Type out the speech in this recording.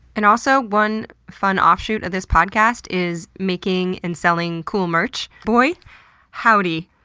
and also, one fun offshoot of this podcast is making and selling cool merch. boy howdy,